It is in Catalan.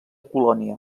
colònia